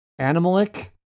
animalic